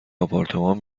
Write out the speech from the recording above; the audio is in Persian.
آپارتمان